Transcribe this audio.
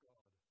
God